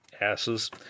asses